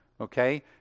okay